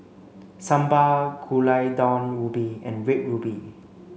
Sambal Gulai Daun Ubi and red ruby